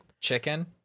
Chicken